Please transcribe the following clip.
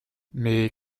mes